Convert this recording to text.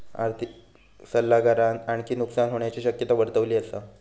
आर्थिक सल्लागारान आणखी नुकसान होण्याची शक्यता वर्तवली असा